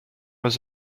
was